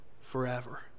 forever